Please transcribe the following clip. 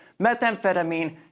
methamphetamine